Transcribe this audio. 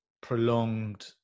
prolonged